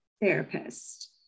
therapist